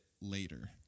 later